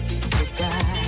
goodbye